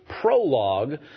prologue